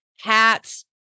hats